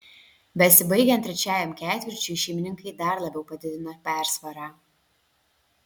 besibaigiant trečiajam ketvirčiui šeimininkai dar labiau padidino persvarą